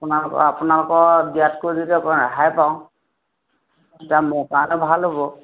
আপোনালোকৰ আপোনালোকৰ দিয়াতকৈ যদি অকণমান ৰেহাই পাওঁ তেতিয়া মোৰ কাৰণে ভাল হ'ব